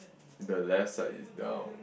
the left side is down